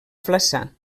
flaçà